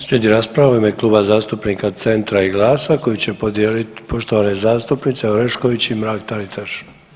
Slijedi rasprava u ime Kluba zastupnika Centra i GLAS-a koju će podijeliti poštovane zastupnice Orešković i Mrak-Taritaš.